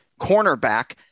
cornerback